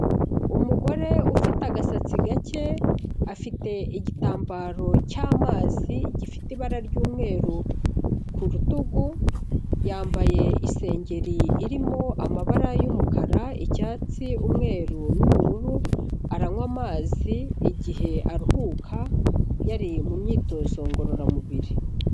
Umugore ufite agasatsi gake, afite igitambaro cy'amazi gifite ibara ry'umweru ku rutugu, yambaye isengeri irimo amabara y'umukara, icyatsi, umweru n'ubururu aranywa amazi igihe aruhuka ,yari mu myitozo ngororamubiri.